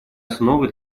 основы